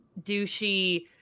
douchey